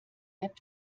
app